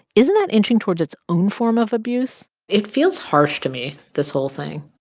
isn't that inching towards its own form of abuse? it feels harsh to me, this whole thing.